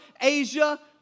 Asia